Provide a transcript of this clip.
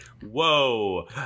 whoa